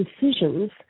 decisions